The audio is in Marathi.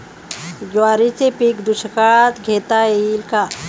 ज्वारीचे पीक दुष्काळात घेता येईल का?